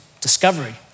discovery